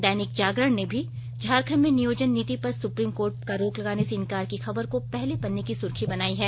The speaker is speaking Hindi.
दैनिक जागरण ने भी झारखंड में नियोजन नीति पर सुप्रीम कोर्ट का रोक लगाने से इनकार की खबर को पहले पन्ने की सुर्खी बनायी है